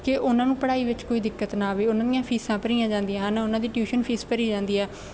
ਕਿ ਉਹਨਾਂ ਨੂੰ ਪੜ੍ਹਾਈ ਵਿੱਚ ਕੋਈ ਦਿੱਕਤ ਨਾ ਆਵੇ ਉਹਨਾਂ ਦੀਆਂ ਫੀਸਾਂ ਭਰੀਆਂ ਜਾਂਦੀਆਂ ਹਨ ਉਹਨਾਂ ਦੀ ਟਿਊਸ਼ਨ ਫੀਸ ਭਰੀ ਜਾਂਦੀ ਆ